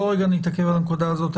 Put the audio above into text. בואי נתעכב על הנקודה הזאת.